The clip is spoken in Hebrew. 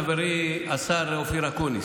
חברי השר אופיר אקוניס,